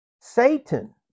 Satan